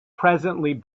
presently